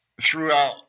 throughout